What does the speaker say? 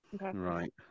Right